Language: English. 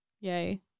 Yay